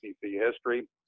history